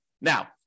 Now